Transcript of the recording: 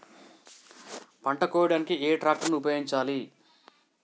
పంట కోయడానికి ఏ ట్రాక్టర్ ని ఉపయోగించాలి?